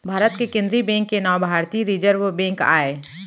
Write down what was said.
भारत के केंद्रीय बेंक के नांव भारतीय रिजर्व बेंक आय